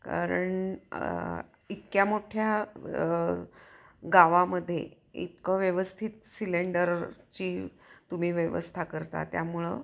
कारण इतक्या मोठ्या गावामध्ये इतकं व्यवस्थित सिलेंडरची तुम्ही व्यवस्था करता त्यामुळं